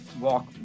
walk